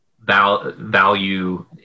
value